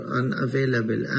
unavailable